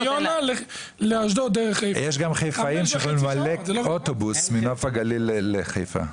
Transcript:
יש גם מספיק חיפאים שיכולים למלא אוטובוס מנוף הגליל לחיפה.